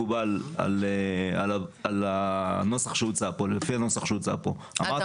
לפי הנוסח שמוצע פה, כנראה שהפתרון לא מקובל.